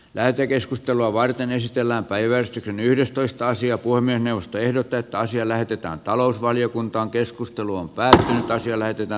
lähetekeskustelua varten esitellään päivän yhdestoista sija voimme neuvosto ehdottaa että asia lähetetään talousvaliokuntaankeskustelua väsähtäisi eläytyvä